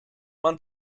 man